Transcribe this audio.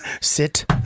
Sit